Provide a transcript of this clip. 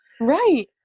Right